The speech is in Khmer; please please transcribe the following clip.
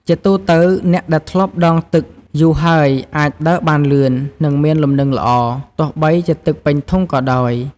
ជាទូទៅ អ្នកដែលធ្លាប់ដងទឹកយូរហើយ អាចដើរបានលឿន និងមានលំនឹងល្អ ទោះបីជាទឹកពេញធុងក៏ដោយ។